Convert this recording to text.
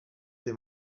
dei